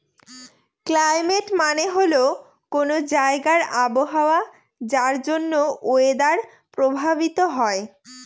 climate মানে হল কোনো জায়গার আবহাওয়া যার জন্য ওয়েদার প্রভাবিত হয়